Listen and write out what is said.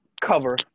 cover